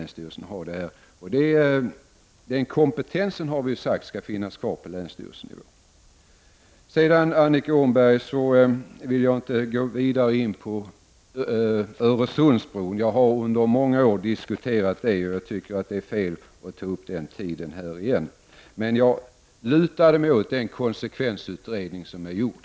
Men kompetensen skall finnas kvar på länsstyrelsenivå. Jag vill inte gå vidare in på frågan om Öresundsbron, Annika Åhnberg. Jag har under många år diskuterat frågan och det känns fel att här återigen ta upp tid med att diskutera Öresundsbron. Jag lutar mig mot den konsekvensutredning som är gjord.